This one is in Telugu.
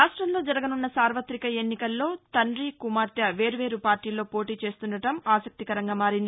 రాష్ట్రంలో జరగనున్న సార్వతక ఎన్నికల్లో తంది కుమార్తె వేర్వేరు పార్టీలలో పోటీ చేస్తుండటం ఆసక్తికరంగా మారింది